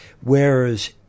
whereas